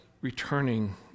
returning